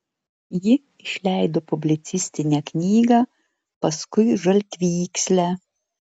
ji išleido publicistinę knygą paskui žaltvykslę